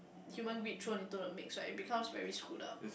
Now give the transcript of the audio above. human greed thrown into the mix right it becomes very screwed up